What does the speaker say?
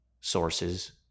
sources